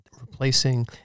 replacing